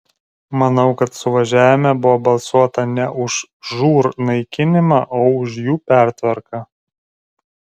manau kad suvažiavime buvo balsuota ne už žūr naikinimą o už jų pertvarką